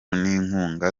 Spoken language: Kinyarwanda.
n’inkunga